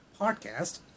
podcast